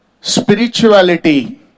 spirituality